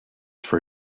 for